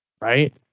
Right